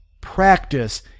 practice